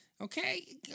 okay